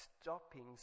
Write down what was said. stopping